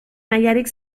mailarik